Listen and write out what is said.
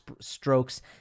strokes